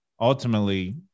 ultimately